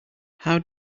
how